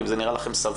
האם זה נראה לכם סביר